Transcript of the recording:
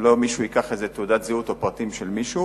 כדי שלא יהיה מי שייקח איזו תעודת זהות או פרטים של מישהו,